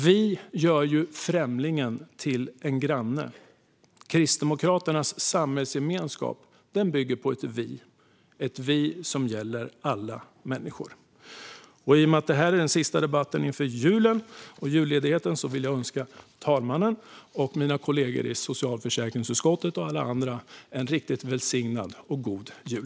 "Vi" gör främlingen till en granne. Kristdemokraternas samhällsgemenskap bygger på ett "vi" som gäller alla människor. I och med att detta är den sista debatten före julen och julledigheten vill jag önska talmannen, mina kollegor i socialförsäkringsutskottet och alla andra en riktigt välsignad och god jul.